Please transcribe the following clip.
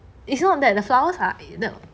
it's not that the flowers are the